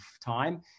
time